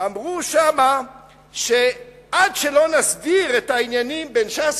אמרו שם שעד שלא נסדיר את העניינים בין ש"ס